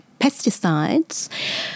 pesticides